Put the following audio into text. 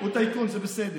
הוא טייקון, זה בסדר.